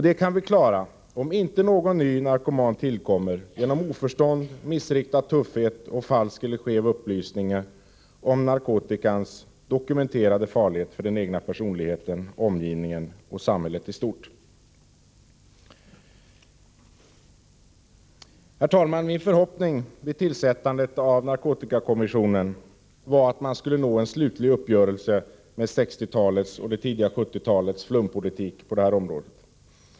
Det kan vi klara om inte någon ny narkoman tillkommer genom oförstånd, missriktad tuffhet och falsk eller skev upplysning om narkotikans dokumenterade farlighet för den egna personligheten, omgivningen och samhället i stort. Herr talman! Min förhoppning vid tillsättandet av narkotikakommissionen var att man skulle nå en slutlig uppgörelse med 1960-talets och det tidiga 1970-talets flumpolitik på detta område.